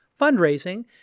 fundraising